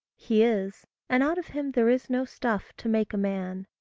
he is and out of him there is no stuff to make a man.